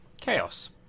chaos